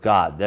God